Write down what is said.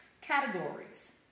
categories